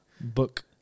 book